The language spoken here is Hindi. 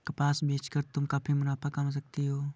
कपास बेच कर तुम काफी मुनाफा कमा सकती हो